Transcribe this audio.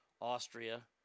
Austria